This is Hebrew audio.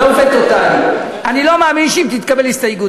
אני לא מאמין שאם תתקבל הסתייגות,